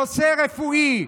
נושא רפואי,